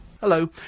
Hello